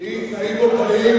בלי תנאים מוקדמים,